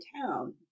town